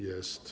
Jest.